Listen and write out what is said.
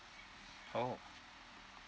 oh